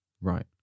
Right